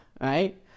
right